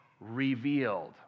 revealed